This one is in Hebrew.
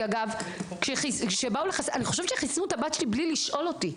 אני חושבת שחיסנו את הבית שלי בלי לשאול אותי,